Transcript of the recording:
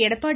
Edappadi